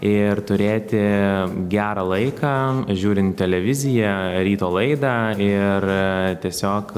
ir turėti gerą laiką žiūrint televiziją ryto laidą ir tiesiog